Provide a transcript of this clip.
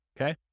Okay